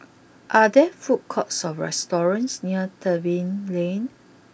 are there food courts or restaurants near Tebing Lane